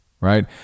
right